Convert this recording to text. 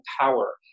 power